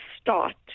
start